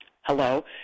Hello